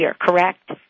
correct